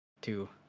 two